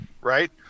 right